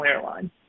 airline